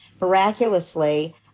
Miraculously